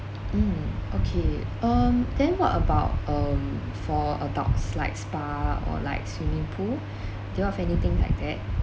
mm okay um then what about um for adults like spa or like swimming pool do you have anything like that